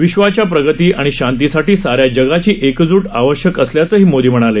विश्वाच्या प्रगती आणि शांती साठी सा या जगाची एकजूट आवश्यक असल्याचंही मोदी म्हणाले